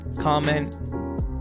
comment